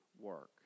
work